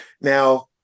now